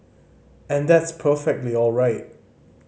and that's perfectly all right